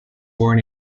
born